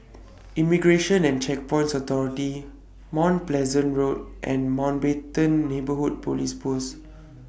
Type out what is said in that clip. Immigration and Checkpoints Authority Mount Pleasant Road and Mountbatten Neighbourhood Police Post